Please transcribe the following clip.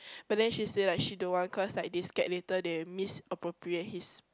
but then she say like she don't want cause like they scared later they misappropriate his